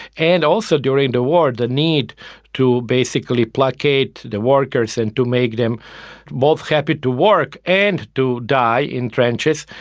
and also during the war, the need to basically placate the workers and to make them both happy to work and to die in trenches,